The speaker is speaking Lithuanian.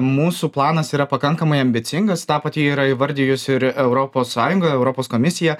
mūsų planas yra pakankamai ambicingas tą pati yra įvardijusi ir europos sąjunga europos komisija